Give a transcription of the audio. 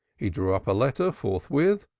he drew up a letter forthwith,